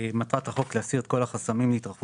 "מטרת החוק להסיר את כל החסמים להתרחבות